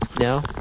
no